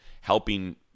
helping